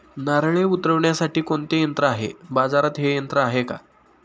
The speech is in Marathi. नारळे उतरविण्यासाठी कोणते यंत्र आहे? बाजारात हे यंत्र आहे का?